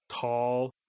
tall